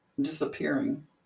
disappearing